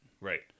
Right